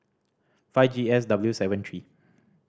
five G S W seven three